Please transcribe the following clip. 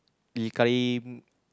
Lee Karim